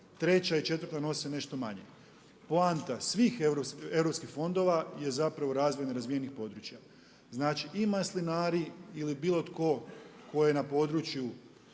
Treća i četvrta nose nešto manje. Poanta svih europskih fondova je zapravo razvoj nerazvijenih područja. Znači i maslinari ili bilo tko je na području